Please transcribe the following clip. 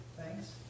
thanks